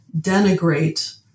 denigrate